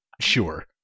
Sure